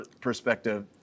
perspective